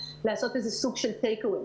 לעשות איזה סוג של take away.